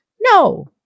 No